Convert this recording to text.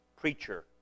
preacher